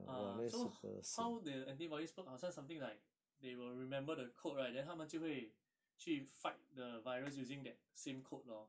uh so h~ how the antibodies work 好像 something like they will remember the code right then 他们就会去 fight the virus using that same code lor